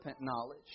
knowledge